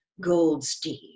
Goldstein